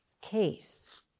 case